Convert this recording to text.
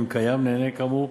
אם קיים נהנה כאמור,